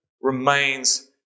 remains